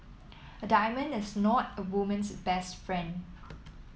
a diamond is not a woman's best friend